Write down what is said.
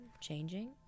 changing